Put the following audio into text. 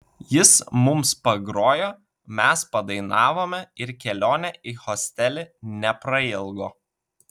jis mums pagrojo mes padainavome ir kelionė į hostelį neprailgo